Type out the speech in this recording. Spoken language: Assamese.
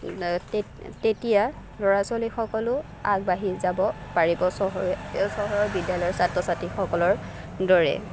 তেতিয়া ল'ৰা ছোৱালীসকলো আগবাঢ়ি যাব পাৰিব চহৰৰ চহৰৰ বিদ্য়ালয়ৰ ছাত্ৰ ছাত্ৰীসকলৰ দৰে